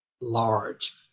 large